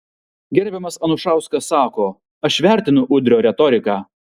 gerbiamas anušauskas sako aš vertinu udrio retoriką